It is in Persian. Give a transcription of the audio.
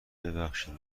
ببخشید